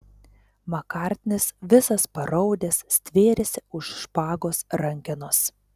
makartnis visas paraudęs stvėrėsi už špagos rankenos